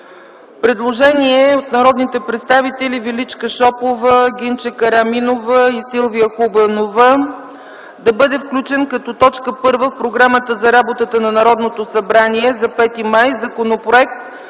Предложение от народните представители Величка Шопова, Гинче Караминова и Силвия Хубенова да бъде включен като точка първа в програмата за работата на Народното събрание за 5 май Законопроект